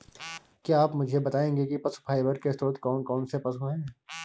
क्या आप मुझे बताएंगे कि पशु फाइबर के स्रोत कौन कौन से पशु हैं?